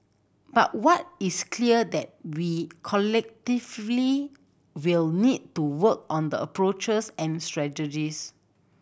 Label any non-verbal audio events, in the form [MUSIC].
but what is clear that we [UNINTELLIGIBLE] will need to work on the approaches and strategies